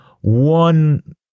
one